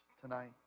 tonight